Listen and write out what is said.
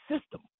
system